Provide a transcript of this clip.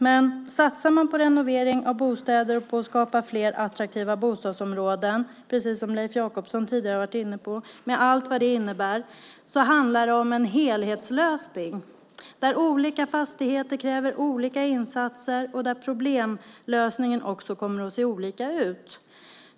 Men om man satsar på renovering av bostäder och på att skapa fler attraktiva bostadsområden, precis som Leif Jakobsson tidigare har varit inne på, med allt vad det innebär handlar det om en helhetslösning där olika fastigheter kräver olika insatser och där problemlösningen också kommer att se olika ut.